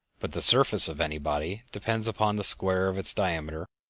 but the surface of any body depends upon the square of its diameter,